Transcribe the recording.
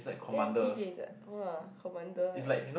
N_t_j is what !wah! commander eh